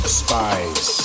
spies